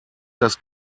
das